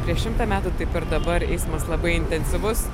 prieš šimtą metų taip ir dabar eismas labai intensyvus